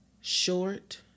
short